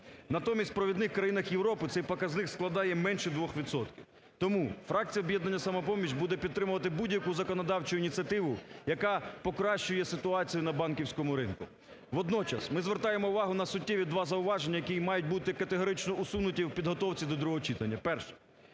Натомість в провідних країнах Європи цей показник складає менше 2 відсотків. Тому фракція "Об'єднання "Самопоміч" буде підтримувати будь-яку законодавчу ініціативу, яка покращує ситуацію на банківському ринку. Водночас, ми звертаємо увагу на суттєві два зауваження, які мають бути категорично усунуті у підготовці до другого читання. Перше,